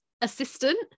assistant